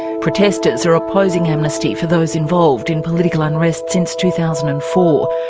protesters are opposing amnesty for those involved in political unrest since two thousand and four.